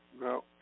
No